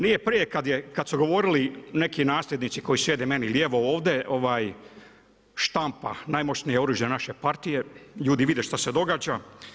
Nije prije kad su govorili neki nasljednici koji sjede meni lijevo ovdje, štampa, najmoćnije oružje naše partije, ljudi vide što se događa.